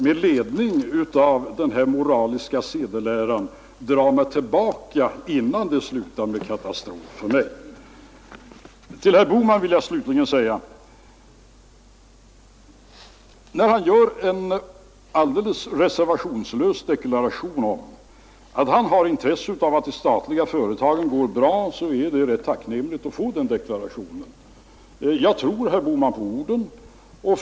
Med ledning av den här moraliska sedeläran skall jag försöka att dra mig tillbaka innan det slutar med katastrof för mig. Herr Bohman gjorde den alldeles reservationslösa deklarationen att han har intresse av att de statliga företagen går bra. Det är tacknämligt att få den deklarationen. Jag tror herr Bohman på hans ord.